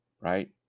Right